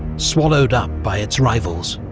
swallowed up by its rivals.